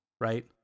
right